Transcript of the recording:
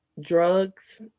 drugs